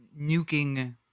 nuking